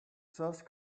source